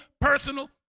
personal